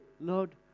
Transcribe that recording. Lord